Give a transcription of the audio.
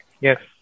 Yes